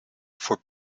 for